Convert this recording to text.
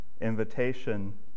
invitation